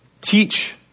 Teach